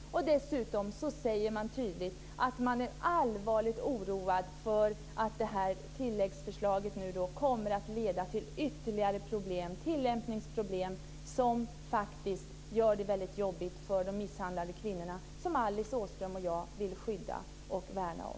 Dessutom säger man tydligt att man är allvarligt oroad över att tilläggsförslaget kommer att leda till ytterligare problem - tillämpningsproblem - som gör det väldigt jobbigt för de misshandlade kvinnor som Alice Åström och jag vill skydda och värna om.